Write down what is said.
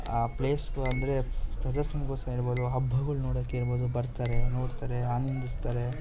ಆ ಪ್ಲೇಸಿಗೂ ಅಂದರೆ ಪ್ರದರ್ಶನಕೋಸ್ಕರ ಇರ್ಬೋದು ಹಬ್ಬಗಳ್ ನೋಡೋಕ್ಕೆ ಇರ್ಬೋದು ಬರ್ತಾರೆ ನೋಡ್ತಾರೆ ಆನಂದಿಸ್ತಾರೆ